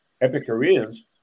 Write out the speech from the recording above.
Epicureans